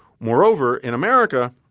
moreover, in america,